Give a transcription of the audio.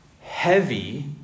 heavy